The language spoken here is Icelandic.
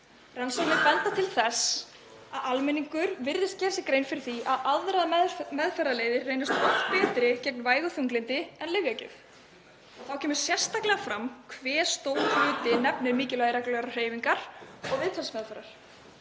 Rannsóknir benda til þess að almenningur virðist gera sér grein fyrir því að aðrar meðferðarleiðir reynast oft betri gegn vægu þunglyndi en lyfjagjöf. Þá kemur sérstaklega fram hve stór hluti nefnir mikilvægi reglulegrar hreyfingar og viðtalsmeðferðir.